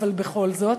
אבל בכל זאת.